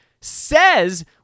says